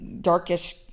darkish